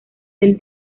del